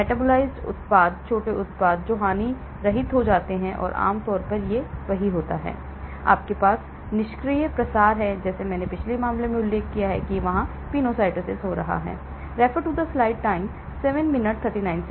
metabolised उत्पाद छोटे उत्पाद जो हानिरहित हो जाते हैं और आम तौर पर यह होता है आपके पास निष्क्रिय प्रसार है जैसे मैंने पिछले मामले में उल्लेख किया है कि यहां पेनोसाइटोसिस हो रहा है